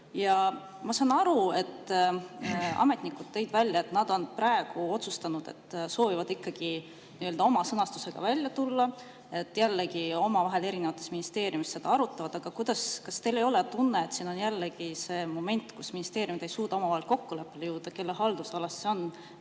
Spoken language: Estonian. dokumenti. Ametnikud tõid välja, et nad on praegu otsustanud, et soovivad oma sõnastusega välja tulla, ja nad seda omavahel erinevates ministeeriumides arutavad. Kas teil ei ole tunnet, et siin on jällegi see moment, kus ministeeriumid ei suuda omavahel kokkuleppele jõuda, kelle haldusalas see on,